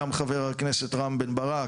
גם חבר הכנסת רם בן ברק,